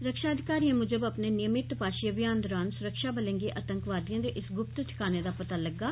रक्षा अधिकारिए मूजब अपने नियमित तपाशी अभियान दरान सुरक्षाबलें गी आतंकिएं दे इस गुप्त ठकाने दा पता लग्गा